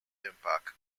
impact